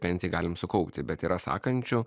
pensijai galim sukaupti bet yra sakančių